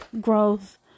growth